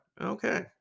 Okay